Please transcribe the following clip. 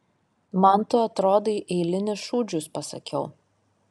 man tu atrodai eilinis šūdžius pasakiau